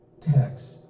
text